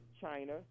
China